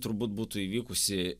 turbūt būtų įvykusi